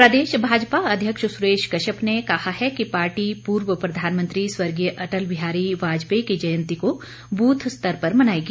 प्रदेश भाजपा अध्यक्ष सुरेश कश्यप ने कहा है कि पार्टी पूर्व प्रधानमंत्री स्वर्गीय अटल बिहारी वाजपेयी की जयंती को बूथ स्तर पर मनाएगी